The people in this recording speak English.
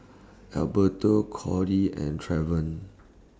Alberto Cody and Trevon